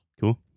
Cool